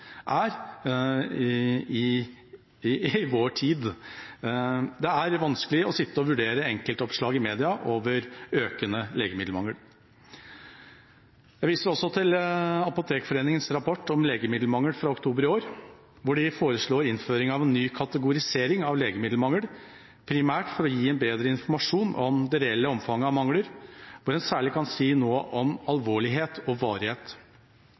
økende legemiddelmangel. Jeg viser også til Apotekforeningens rapport om legemiddelmangel fra oktober i år, hvor de foreslår innføring av en ny kategorisering av legemiddelmangel, primært for å gi bedre informasjon om det reelle omfanget av mangler, hvor en særlig kan si noe om alvorlighet og varighet